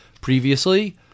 previously